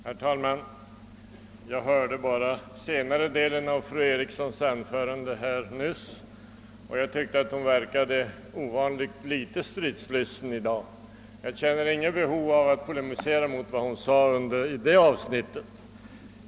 Herr talman! Jag hörde bara senare delen av fru Erikssons i Stockholm anförande nyss, och jag tyckte att hon verkade ovanligt litet stridslysten i dag. Jag känner inget behov av att polemisera mot vad hon sade i det avsnittet.